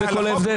זה כל ההבדל.